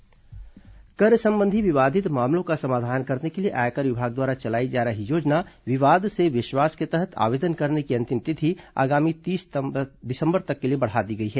विशेष कार्यक्रम कर संबंधी विवादित मामलों का समाधान करने के लिए आयकर विभाग द्वारा चलाई जा रही योजना विवाद से विश्वास के तहत आवेदन करने की अंतिम तिथि आगामी तीस दिसंबर तक के लिए बढ़ा दी गई है